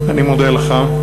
אני מודה לך.